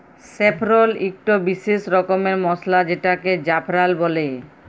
saffron ইকট বিসেস রকমের মসলা যেটাকে জাফরাল বল্যে